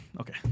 okay